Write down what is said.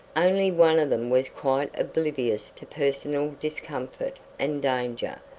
only one of them was quite oblivious to personal discomfort and danger.